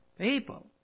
People